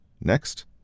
next